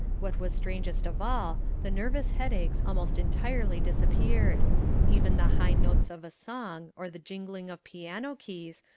what was strangest of all, the nervous headaches almost entirely disappeared even the high notes of a song, or the jingling of piano-keys,